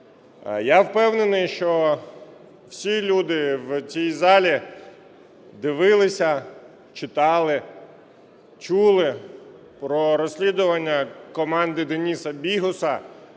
Я впевнений, що всі люди в цій залі дивилися, читали, чули про розслідування команди ДенисаБігуса,